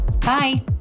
Bye